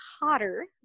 hotter